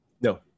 no